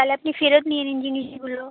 তাহলে আপনি ফেরত নিয়ে নিন জিনিসগুলো